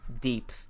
deep